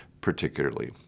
particularly